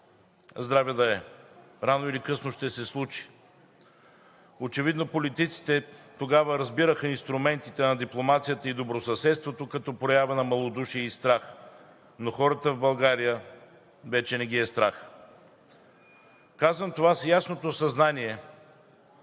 Здраве да е, рано или късно ще се случи! Очевидно политиците тогава разбираха инструментите на дипломацията и добросъседството като проява на малодушие и страх, но хората в България вече не ги е страх. Казвам това с ясното съзнание,